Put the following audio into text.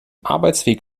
arbeitsweg